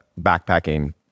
backpacking